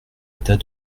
état